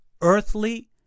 earthly